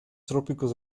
trópicos